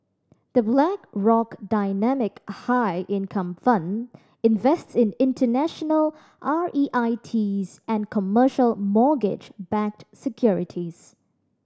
The Blackrock Dynamic High Income Fund invests in international R E I Ts and commercial mortgage backed securities